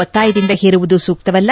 ಒತ್ತಾಯದಿಂದ ಹೇರುವುದು ಸೂಕ್ತವಲ್ಲ